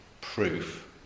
proof